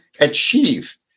achieve